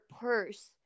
purse